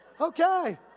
Okay